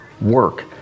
work